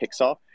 Pixar